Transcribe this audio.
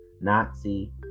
Nazi